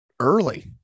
early